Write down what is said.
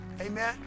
Amen